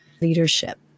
leadership